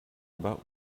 about